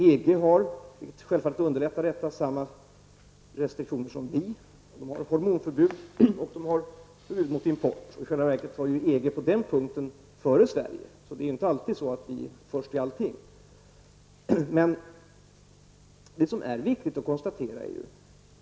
EG har samma restriktioner som vi, vilket självfallet underlättar. Man har ett hormomförbud och förbud mot import. I själva verket var EG på den punkten före Sverige. Det är inte alltid så att vi i Sverige är först i allting.